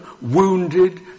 wounded